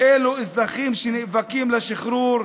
אלו אזרחים שנאבקים לשחרור,